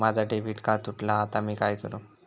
माझा debit card तुटला हा आता मी काय करू?